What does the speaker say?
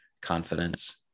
confidence